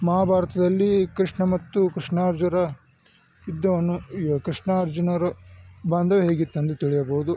ಮಹಾಭಾರತದಲ್ಲಿ ಕೃಷ್ಣ ಮತ್ತು ಕೃಷ್ಣಾರ್ಜುರ ಯುದ್ಧವನ್ನು ಇವಾ ಕೃಷ್ಣಾರ್ಜುನರ ಬಾಂಧವ್ಯ ಹೇಗಿತ್ತು ಅಂದು ತಿಳಿಯಬೋದು